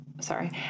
sorry